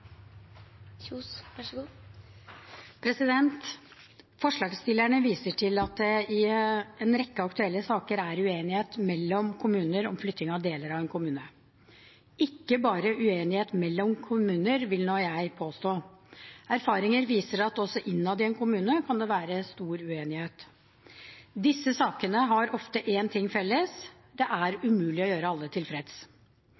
uenighet mellom kommuner om flytting av deler av en kommune. Det er ikke bare uenighet mellom kommuner, vil nå jeg påstå. Erfaringer viser at også innad i en kommune kan det være stor uenighet. Disse sakene har ofte én ting felles: at det er